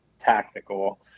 tactical